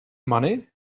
money